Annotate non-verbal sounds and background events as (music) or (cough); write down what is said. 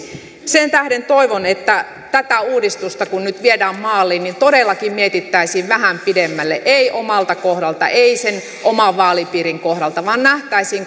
sen tähden toivon että kun tätä uudistusta nyt viedään maaliin niin todellakin mietittäisiin vähän pidemmälle ei omalta kohdalta ei sen oman vaalipiirin kohdalta vaan nähtäisiin (unintelligible)